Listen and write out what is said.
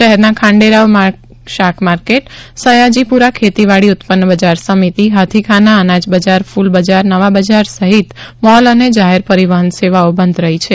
શહેરના ખાંડેરાવ શાકમાર્કેટ સયાજીપુરા ખેતીવાડી ઉત્પન્ન બજાર સમિતિ હાથીખાના અનાજ બજાર ફૂલ બજાર નવા બજાર સહિત મોલ અને જાહેર પરિવહન સેવાઓ બંધ રહી છે